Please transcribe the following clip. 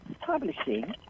publishing